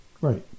right